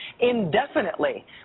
indefinitely